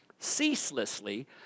ceaselessly